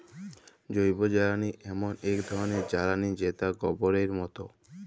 জৈবজ্বালালি এমল এক ধরলের জ্বালালিযেটা গবরের মত